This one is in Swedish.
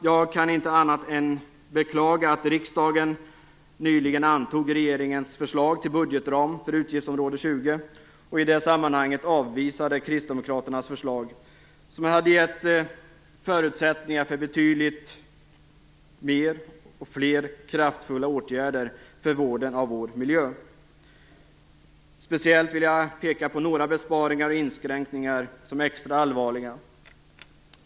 Jag kan inte annat än beklaga att riksdagen nyligen antog regeringens förslag till budgetram för utgiftsområde 20 och i det sammanhanget avvisade Kristdemokraternas förslag som hade givit förutsättningar för betydligt fler och mer kraftfulla åtgärder för vården av vår miljö. Speciellt vill jag peka på några besparingar och inskränkningar som är extra allvarliga.